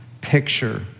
picture